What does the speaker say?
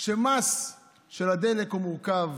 שמס של הדלק הוא מורכב,